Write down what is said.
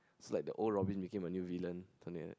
so like the old Robin became the new villain something like that